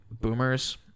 boomers